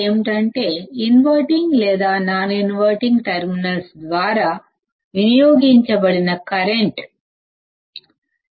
ఏమిటంటే ఇన్వర్టింగ్ లేదా non inverting terminals ద్వారా వినియోగించ బడిన కరెంట్ విలువ సున్నా